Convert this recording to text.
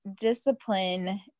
discipline